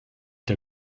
der